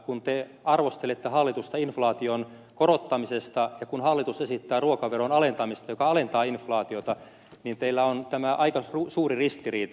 kun te arvostelette hallitusta inflaation korottamisesta ja kun hallitus esittää ruokaveron alentamista joka alentaa inflaatiota niin teillä on tämä aika suuri ristiriita